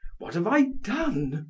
what have i done?